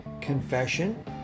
confession